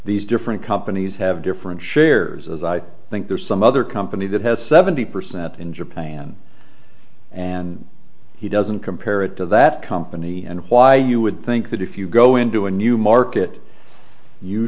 these different companies have different shares as i think there's some other company that has seventy percent in japan and he doesn't compare it to that company and why you would think that if you go into a new market you